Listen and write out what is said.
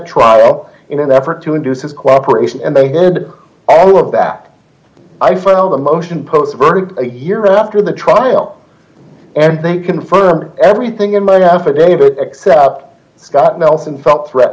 trial in an effort to induce his cooperation and they did all of that i find all the motion post verdict a year after the trial and they confirmed everything in my affidavit excess up scott nelson felt threat